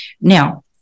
Now